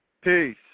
peace